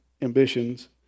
ambitions